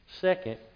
Second